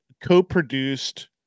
co-produced